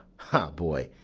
ha boy!